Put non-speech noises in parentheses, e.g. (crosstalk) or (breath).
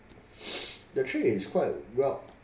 (breath) the trip is quite well